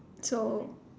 so